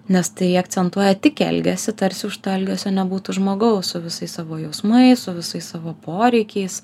nes tai akcentuoja tik elgesį tarsi už to elgesio nebūtų žmogaus su visais savo jausmais su visais savo poreikiais